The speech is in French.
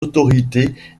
autorités